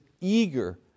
eager